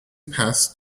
passed